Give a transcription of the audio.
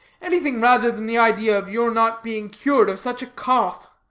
anything rather than the idea of your not being cured of such a cough.